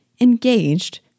Engaged